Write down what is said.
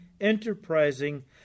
enterprising